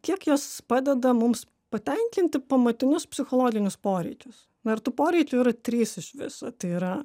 kiek jos padeda mums patenkinti pamatinius psichologinius poreikius na ir tų poreikių yra trys iš viso tai yra